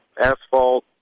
asphalt